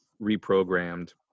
reprogrammed